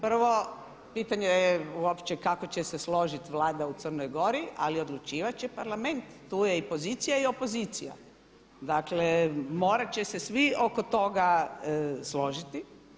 Prvo, pitanje je uopće kako će se složiti vlada u Crnoj Gori, ali odlučivat će parlament tu je i pozicija i opozicija, dakle morat će se svi oko toga složiti.